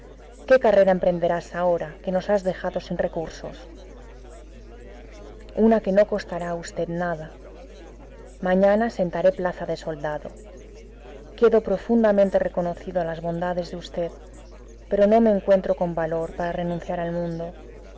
qué carrera emprenderás ahora que nos has dejado sin recursos una que no costará a v nada mañana sentaré plaza de soldado quedo profundamente reconocido a las bondades de v pero no me encuentro con valor para renunciar al mundo